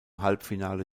halbfinale